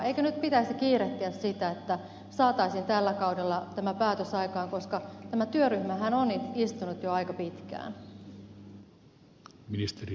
eikö nyt pitäisi kiirehtiä sitä että saataisiin tällä kaudella tämä päätös aikaan koska tämä työryhmähän on istunut jo aika pitkään